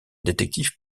détective